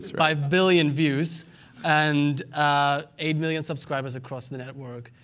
five billion views and ah eight million subscribers across the network.